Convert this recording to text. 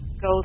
go